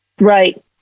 Right